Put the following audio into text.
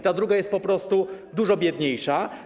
Ta druga jest po prostu dużo biedniejsza.